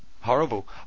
Horrible